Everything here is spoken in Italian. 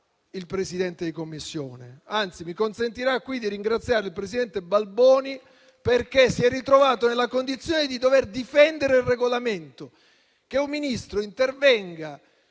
il Presidente di Commissione; anzi, in questa sede mi consentirà di ringraziare il presidente Balboni perché si è ritrovato nella condizione di dover difendere il Regolamento: che un Ministro si esprima